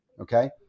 Okay